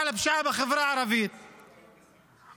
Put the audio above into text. כי היא תצטרך לשלם הרבה הרבה יותר כסף בשביל לחיות במדינת ישראל,